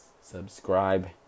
subscribe